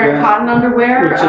cotton underwear.